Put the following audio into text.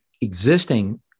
existing